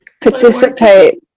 Participate